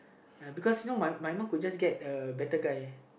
uh because you know my my mum could just get a better guy